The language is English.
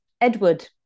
Edward